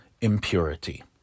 impurity